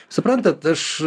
suprantat aš